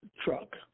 truck